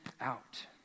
out